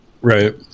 Right